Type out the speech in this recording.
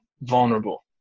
vulnerable